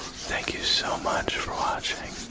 thank you so much for watching.